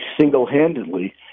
single-handedly